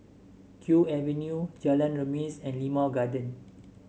Kew Avenue Jalan Remis and Limau Garden